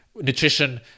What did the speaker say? nutrition